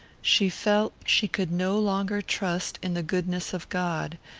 she felt she could no longer trust in the goodness of god,